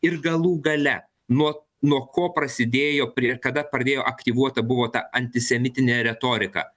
ir galų gale nuo nuo ko prasidėjo prie ir kada pradėjo aktyvuota buvo ta antisemitinė retorika